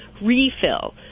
refill